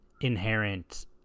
Inherent